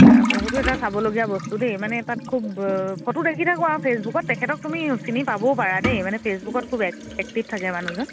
তাৰপৰা সেইটো এটা চাবলগীয়া বস্তু দেই মানে তাত খুব ফটো দেখি থাকোঁ আৰু ফেচবুকত তেখেতক তুমি চিনি পাবও পাৰা দেই মানে ফেচবুকত খুব এক্টিভ থাকে মানুহজন